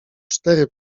cztery